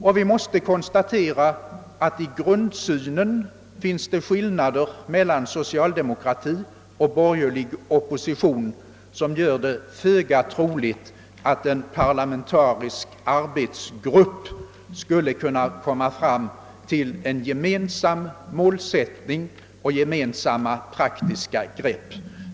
Vi måste också konstatera att i grundsynen finns det skillnader mellan socialdemokratin och den borgerliga oppositionen, vilket gör det föga troligt att en parlamentarisk arbetsgrupp skulle kunna komma fram till en gemensam målsättning och gemensamma praktiska grepp.